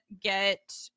get